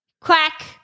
Quack